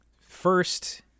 first